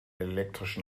elektrischen